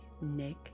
Nick